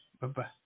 bye-bye